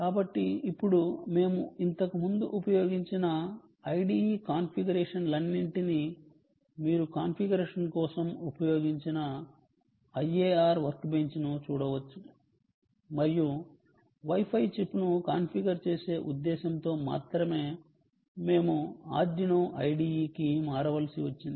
కాబట్టి ఇప్పుడు మేము ఇంతకుముందు ఉపయోగించిన IDE కాన్ఫిగరేషన్లన్నింటినీ మీరు కాన్ఫిగరేషన్ కోసం ఉపయోగించిన IAR వర్క్ బెంచ్ను చూడవచ్చు మరియు Wi Fi చిప్ను కాన్ఫిగర్ చేసే ఉద్దేశ్యంతో మాత్రమే మేము Arduino IDE కి మారవలసి వచ్చింది